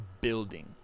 building